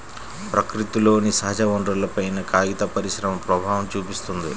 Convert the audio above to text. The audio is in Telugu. ప్రకృతిలోని సహజవనరులపైన కాగిత పరిశ్రమ ప్రభావం చూపిత్తున్నది